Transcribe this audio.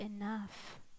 enough